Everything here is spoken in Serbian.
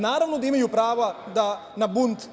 Naravno da imaju pravo da na bunt.